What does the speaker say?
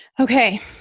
Okay